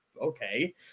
Okay